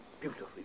beautifully